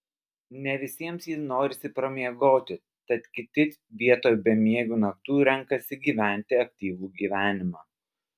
ne visiems jį norisi pramiegoti tad kiti vietoj bemiegių naktų renkasi gyventi aktyvų gyvenimą